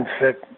sick